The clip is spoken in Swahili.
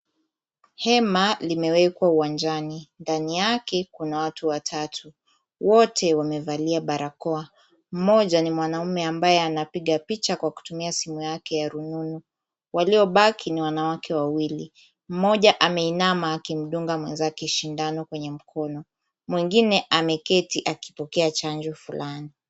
Hema limewekwa uwanjani. Ndani yake kuna watu watatu. Wote wamevalia barakoa. Mmoja ni mwanaume ambaye anapiga picha kwa kutumia simu yake ya rununu. Waliobaki ni wanawake wawili. Mmoja ameinama akimdunga mwenzake shindano kwenye mkono. Mwengine ameketi akipokea chanjo fulani.